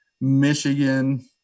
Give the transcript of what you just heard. Michigan